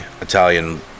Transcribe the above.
Italian